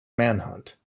manhunt